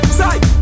side